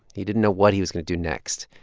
he didn't know what he was going to do next.